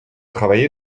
travaillez